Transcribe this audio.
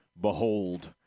behold